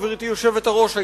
גברתי היושבת-ראש,